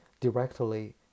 directly